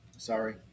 Sorry